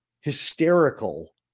hysterical